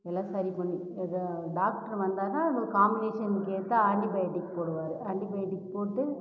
எல்லாம் சரி பண்ணி டாக்டரு வந்தாருனா காமினேஷன்கேற்றஆன்டிபயோடிக் போடுவார் ஆன்டிபயோடிக் போட்டு